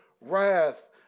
wrath